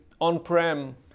on-prem